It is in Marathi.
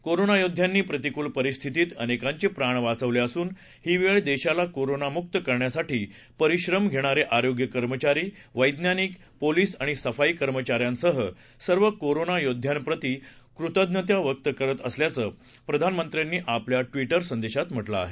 कोरोना योध्यांनी प्रतिकूल परिस्थितीत अनेकांचे प्राण वाचवले असून ही वेळ देशाला कोरोनामुक्त करण्यासाठी परिश्रम घेणारे आरोग्य कर्मचारी वक्तीनिक पोलीस आणि सफाई कर्मचाऱ्यांसह सर्व कोरोना योध्यांप्रती कृतज्ञता व्यक्त करत असल्याचं प्रधानमंत्र्यांनी आपल्या ट्विटर संदेशात म्हटलं आहे